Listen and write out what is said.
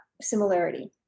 similarity